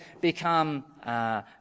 become